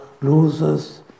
loses